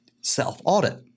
self-audit